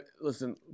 Listen